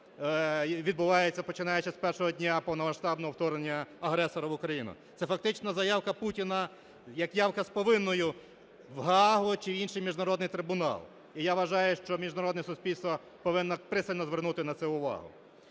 відбувається, починаючи з першого дня повномасштабного вторгнення агресора в Україну. Це фактично заявка Путіна як явка з повинною в Гаагу чи інший міжнародний трибунал. І я вважаю, що міжнародне суспільство повинно пристально звернути на це увагу.